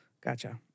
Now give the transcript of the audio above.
Gotcha